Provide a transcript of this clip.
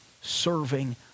serving